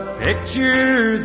picture